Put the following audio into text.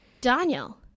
Daniel